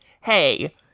Hey